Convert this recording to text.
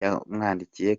yamwandikiye